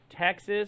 Texas